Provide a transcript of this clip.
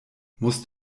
musst